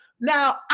now